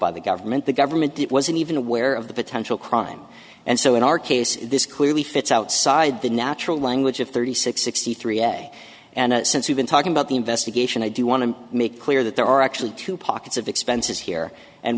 by the government the government that wasn't even aware of the potential crime and so in our case this clearly fits outside the natural language of thirty six sixty three essay and since we've been talking about the investigation i do want to make clear that there are actually two pockets of expenses here and